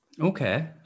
Okay